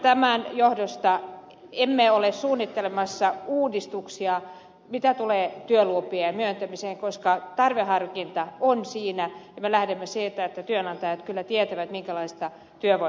tämän johdosta emme ole suunnittelemassa uudistuksia mitä tulee työlupien myöntämiseen koska siinä on tarveharkinta ja me lähdemme siitä että työnantajat kyllä tietävät minkälaista vielä